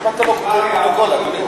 למה אתה לא כותב פרוטוקול, אדוני?